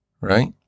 right